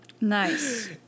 Nice